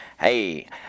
Hey